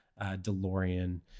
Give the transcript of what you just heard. DeLorean